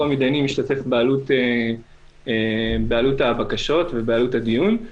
המתדיינים ישתתף בעלות הבקשות ובעלות הדיון.